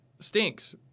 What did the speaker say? stinks